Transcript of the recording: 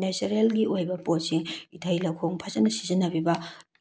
ꯅꯦꯆꯔꯦꯜꯒꯤ ꯑꯣꯏꯕ ꯄꯣꯠꯁꯦ ꯏꯊꯩ ꯂꯧꯈꯣꯡ ꯐꯖꯅ ꯁꯤꯖꯤꯟꯅꯕ